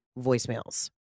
voicemails